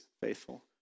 faithful